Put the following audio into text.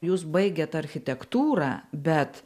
jūs baigėt architektūrą bet